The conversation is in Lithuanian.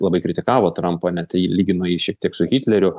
labai kritikavo trumpą net jį lygino jį tik su hitleriu